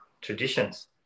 traditions